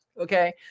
Okay